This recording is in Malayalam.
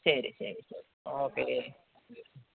ശരി ശരി ശരി ഓക്കേ